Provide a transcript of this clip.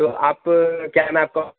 تو آپ کیا میں آپ کا آ